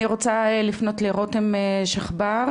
אני רוצה לפנות לרותם שחבר,